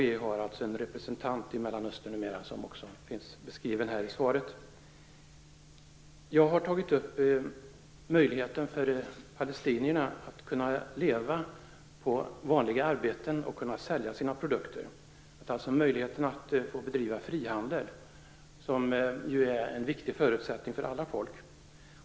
EU har numera en representant i Mellanöstern, vilket också finns beskrivet i svaret. Jag har tagit upp frågan om palestiniernas möjligheter att leva på vanliga arbeten och på att sälja sina produkter. Det gäller alltså möjligheten att få bedriva frihandel. Detta är en viktig förutsättning för alla folk.